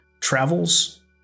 travels